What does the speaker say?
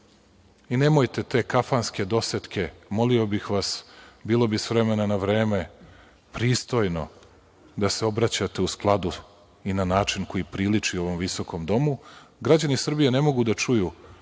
i nemojte te kafanske dosetke, molio bih vas. Bilo bi s vremena na vreme pristojno da se obraćate u skladu i na način koji priliči ovom visokom domu. Građani Srbije ne mogu da čuju